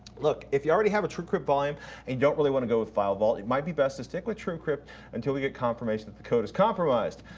look, if you already have a truecrypt volume, and you don't really want to go with filevault, it might be best to stick with truecrypt until we get confirmation that the code is compromised.